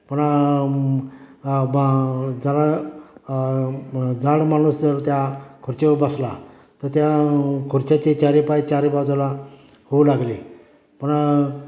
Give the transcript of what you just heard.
पण बा जरा जाड माणूस जर त्या खुर्चीवर बसला तर त्या खुर्च्याचे चारी पाय चारी बाजूला होऊ लागले पण